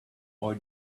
all